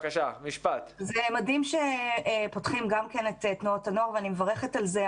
זה מדהים שפותחים גם את תנועות הנוער ואני מברכת על זה,